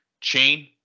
Chain